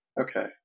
Okay